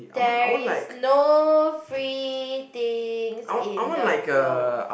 there is no free things in the world